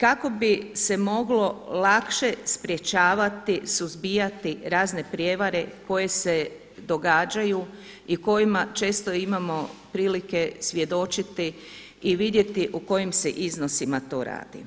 kako bi se moglo lakše sprječavati, suzbijati razne prijevare koje se događaju i kojima često imamo prilike svjedočiti i vidjeti o kojim se iznosima to radi.